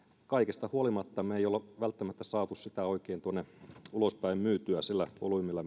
kaikesta huolimatta me emme ole välttämättä saaneet sitä oikein tuonne ulospäin myytyä sillä volyymillä